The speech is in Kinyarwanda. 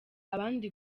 abandi